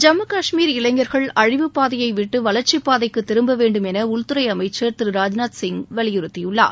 ஜம்மு காஷ்மீர் இளைஞர்கள் அழிவுப் பாதையைவிட்டு வளர்ச்சிப் பாதைக்கு திரும்ப வேண்டும் எள உள்துறை அமைச்சர் திரு ராஜ்நாத் சிங் வலியுறுத்தியுள்ளார்